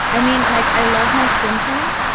i mean, like, i love my skin tone.